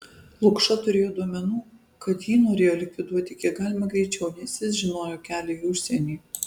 lukša turėjo duomenų kad jį norėjo likviduoti kiek galima greičiau nes jis žinojo kelią į užsienį